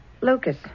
Lucas